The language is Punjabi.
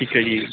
ਠੀਕ ਹੈ ਜੀ